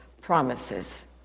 promises